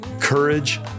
Courage